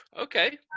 Okay